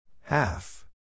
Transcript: Half